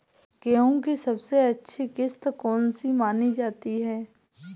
गेहूँ की सबसे अच्छी किश्त कौन सी मानी जाती है?